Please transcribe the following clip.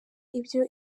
ibyo